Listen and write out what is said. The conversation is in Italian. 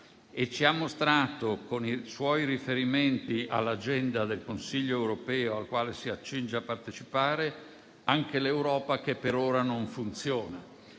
ci ha mostrato, con i suoi riferimenti all'agenda del Consiglio europeo al quale si accinge a partecipare, anche l'Europa che per ora non funziona: